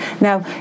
now